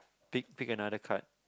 pick pick another card